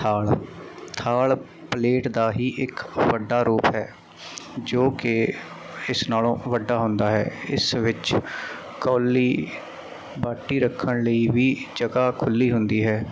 ਥਾਲ ਥਾਲ ਪਲੇਟ ਦਾ ਹੀ ਇੱਕ ਵੱਡਾ ਰੂਪ ਹੈ ਜੋ ਕਿ ਇਸ ਨਾਲੋਂ ਵੱਡਾ ਹੁੰਦਾ ਹੈ ਇਸ ਵਿੱਚ ਕੌਲੀ ਬਾਟੀ ਰੱਖਣ ਲਈ ਵੀ ਜਗ੍ਹਾ ਖੁੱਲ੍ਹੀ ਹੁੰਦੀ ਹੈ